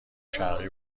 شرقی